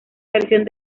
versión